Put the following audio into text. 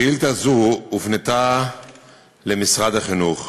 שאילתה זאת הופנתה למשרד החינוך.